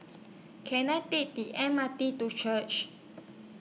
Can I Take The M R T to Church